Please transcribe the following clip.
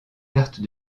cartes